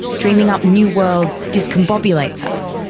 dreaming up new worlds discombobulates us,